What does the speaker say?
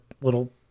little